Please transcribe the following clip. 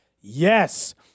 yes